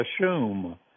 assume